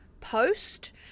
Post